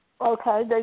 Okay